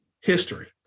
history